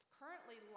currently